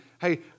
hey